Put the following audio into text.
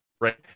right